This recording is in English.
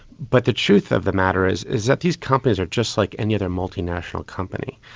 but the truth of the matter is is that these companies are just like any other multinational company.